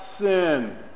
sin